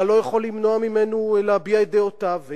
אתה לא יכול למנוע ממנו להביע את דעותיו.